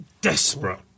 desperate